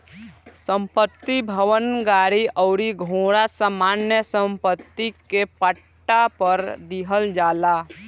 संपत्ति, भवन, गाड़ी अउरी घोड़ा सामान्य सम्पत्ति के पट्टा पर दीहल जाला